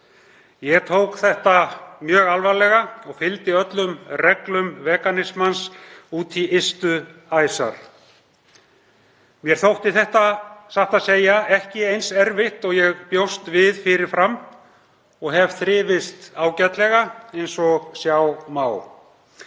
Ég tók þetta mjög alvarlega og fylgdi öllum reglum veganismans út í ystu æsar. Mér þótti þetta satt að segja ekki eins erfitt og ég bjóst við fyrir fram og hef þrifist ágætlega eins og sjá má.